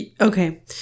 Okay